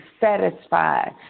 satisfied